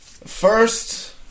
First